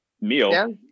meal